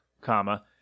comma